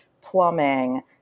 plumbing